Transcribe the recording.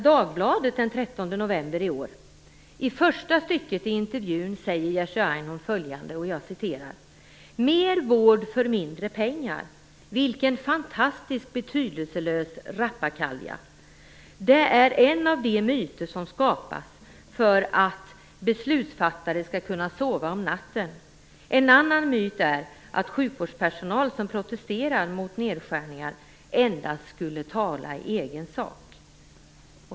Dagbladet den 13 november i år. I första stycket i intervjun säger Jerzy Einhorn följande: "-'Mer vård för mindre pengar'. Vilken fantastisk, betydelselös, rappakalja. Det är en av de myter som skapas för att beslutsfattare skall kunna sova om natten. En annan myt är att sjukvårdspersonal som protesterar mot nedskärningarna endast skulle 'tala i egen sak'."